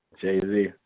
Jay-Z